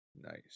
Nice